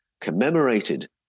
commemorated